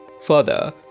Further